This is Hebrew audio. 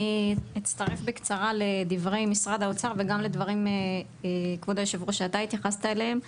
אני אצטרף בקצרה לדברי משרד האוצר וגם לדברים שהתייחסת אליהם אתה,